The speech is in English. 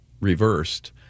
reversed